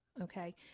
okay